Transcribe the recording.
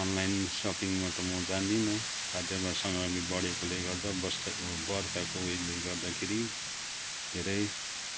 online सपिङमा म जान्दिनँ खाद्य वा समाग्री बढेकोले गर्दा बस्दाको गर्दाको यसले गर्दाखेरि धेरै